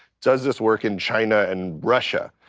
does this work in china and russia?